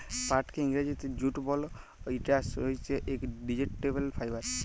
পাটকে ইংরজিতে জুট বল, ইটা হইসে একট ভেজিটেবল ফাইবার